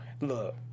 look